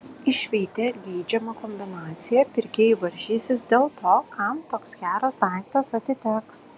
išvydę geidžiamą kombinaciją pirkėjai varžysis dėl to kam toks geras daiktas atiteks